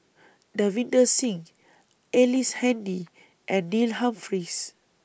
Davinder Singh Ellice Handy and Neil Humphreys